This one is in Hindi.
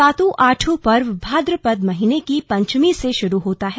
सातू आठू पर्व भाद्रपद महीने की पंचमी से शुरू होता है